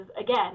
again